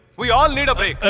we all need um a